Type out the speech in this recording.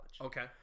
Okay